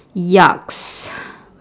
yucks